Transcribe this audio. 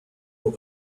what